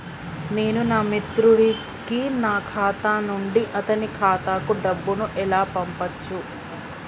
నేను నా మిత్రుడి కి నా ఖాతా నుండి అతని ఖాతా కు డబ్బు ను ఎలా పంపచ్చు?